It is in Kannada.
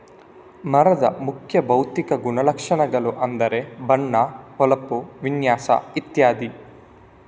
ಮರದ ಮುಖ್ಯ ಭೌತಿಕ ಗುಣಲಕ್ಷಣಗಳು ಅಂದ್ರೆ ಬಣ್ಣ, ಹೊಳಪು, ವಿನ್ಯಾಸ ಇತ್ಯಾದಿ